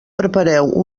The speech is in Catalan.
prepareu